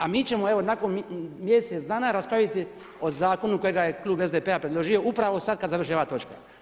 A mi ćemo evo nakon mjesec dana raspraviti o zakonu kojega je klub SDP-a predložio upravo sada kada završi ova točka.